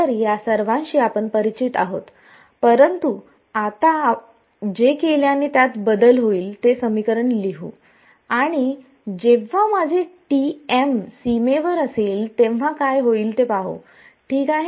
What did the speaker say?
तर या सर्वांशी आपण परिचित आहोत परंतु आता आपण जे केल्याने त्यात बदल होईल ते समीकरण पाहू आणि जेव्हा माझे सीमेवर असेल तेव्हा काय होईल ते पाहू ठीक आहे